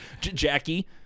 Jackie